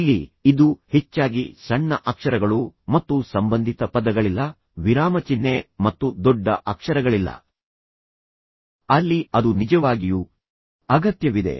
ಇಲ್ಲಿ ಇದು ಹೆಚ್ಚಾಗಿ ಸಣ್ಣ ಅಕ್ಷರಗಳು ಮತ್ತು ಸಂಬಂಧಿತ ಪದಗಳಿಲ್ಲ ವಿರಾಮಚಿಹ್ನೆ ಮತ್ತು ದೊಡ್ಡ ಅಕ್ಷರಗಳಿಲ್ಲ ಅಲ್ಲಿ ಅದು ನಿಜವಾಗಿಯೂ ಅಗತ್ಯವಿದೆ